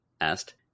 asked